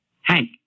Hank